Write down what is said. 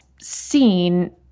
seen